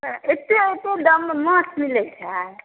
एतेक एतेक दाममे माछ मिलै छै